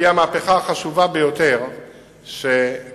תהיה המהפכה החשובה ביותר שקרתה